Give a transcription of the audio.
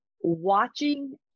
watching